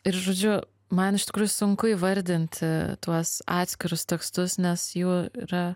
ir žodžiu man iš tikrųjų sunku įvardint tuos atskirus tekstus nes jų yra